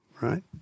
right